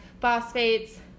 phosphates